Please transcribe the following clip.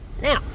Now